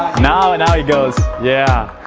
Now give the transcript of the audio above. now now it goes! yeah